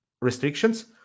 restrictions